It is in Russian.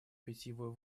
питьевую